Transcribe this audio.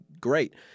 great